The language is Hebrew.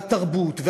התרבות,